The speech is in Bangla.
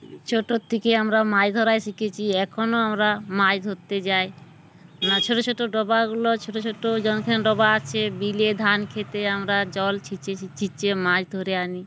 ছোটোর থেকে আমরা মাছ ধরায় শিখেছি এখনও আমরা মাছ ধরতে যাই না ছোটো ছোটো ডবাগুলো ছোটো ছোটো জনগণ ডোবা আছে বিলে ধান খেতে আমরা জল সেঁচে সেঁচে মাছ ধরে আনি